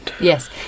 yes